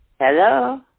Hello